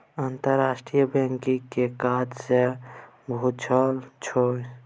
अंतरराष्ट्रीय बैंकक कि काज छै बुझल छौ?